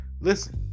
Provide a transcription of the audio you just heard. Listen